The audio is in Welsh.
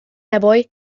ebwy